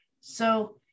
So-